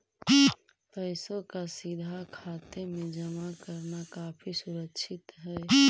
पैसों का सीधा खाते में जमा करना काफी सुरक्षित हई